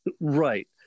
Right